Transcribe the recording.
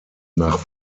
nach